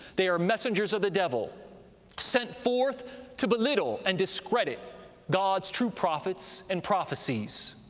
they are messengers of the devil sent forth to belittle and discredit god's true prophets and prophecies.